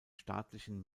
staatlichen